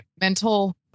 mental